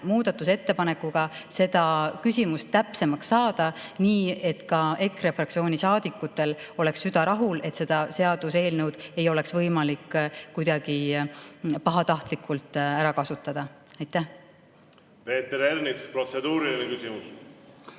muudatusettepanekuga täpsemaks saada, nii et ka EKRE fraktsiooni saadikutel oleks süda rahul, et seda seaduseelnõu ei ole võimalik kuidagi pahatahtlikult ära kasutada. Peeter Ernits, protseduuriline küsimus.